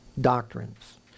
doctrines